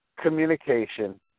communication